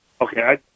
Okay